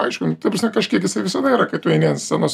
aišku ta prasme kažkiek jisai visada yra kai tu eini ant scenos